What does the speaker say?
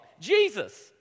Jesus